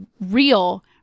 real